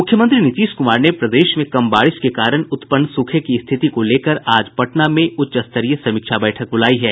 मुख्यमंत्री नीतीश कुमार ने प्रदेश में कम बारिश के कारण उत्पन्न सूखे की स्थिति को लेकर आज पटना में उच्च स्तरीय बैठक बुलाई है